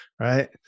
right